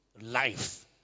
life